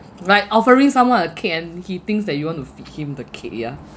right offering someone a cake and he thinks that you want to feed him the cake yeah